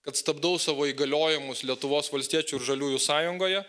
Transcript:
kad stabdau savo įgaliojimus lietuvos valstiečių ir žaliųjų sąjungoje